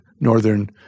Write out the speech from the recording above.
northern